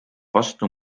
vastu